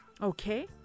Okay